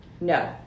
No